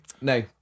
no